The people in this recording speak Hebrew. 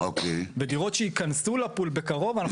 בדירות שייכנסו לפול בקרוב,